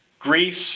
Greece